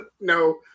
no